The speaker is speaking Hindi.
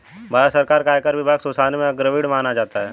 भारत सरकार का आयकर विभाग सुशासन में अग्रणी माना जाता है